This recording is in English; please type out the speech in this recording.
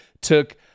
took